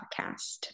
Podcast